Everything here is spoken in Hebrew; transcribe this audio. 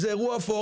זה אירוע אפור.